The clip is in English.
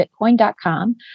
Bitcoin.com